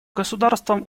государствам